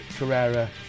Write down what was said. Carrera